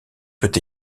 peut